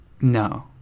No